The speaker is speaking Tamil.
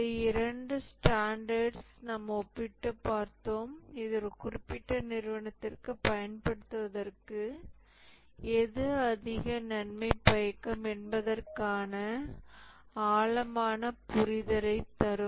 இந்த இரண்டு ஸ்டாண்டர்ட்ஸ் நாம் ஒப்பிட்டுப் பார்த்தோம் இது ஒரு குறிப்பிட்ட நிறுவனத்திற்குப் பயன்படுத்துவதற்கு எது அதிக நன்மை பயக்கும் என்பதற்கான ஆழமான புரிதலை தரும்